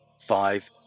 Five